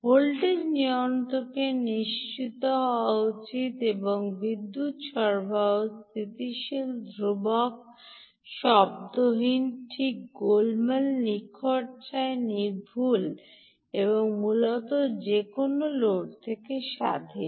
voltage নিয়ন্ত্রকের নিশ্চিত হওয়া উচিত যে বিদ্যুৎ সরবরাহ স্থিতিশীল ধ্রুবক শব্দহীন ঠিক গোলমাল নিখরচায় নির্ভুল এবং মূলত যে কোনও লোড থেকে স্বাধীন